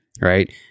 right